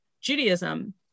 Judaism